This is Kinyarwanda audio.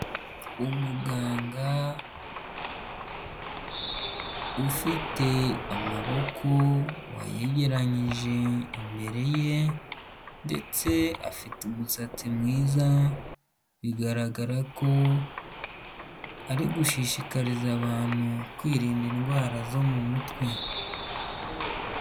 Umuganga ufite amaboko wayegeranyije imbere ye ndetse afite umusatsi mwiza bigaragara ko ari gushishikariza abantu kwirinda indwara zo mu mutwe.